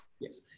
Yes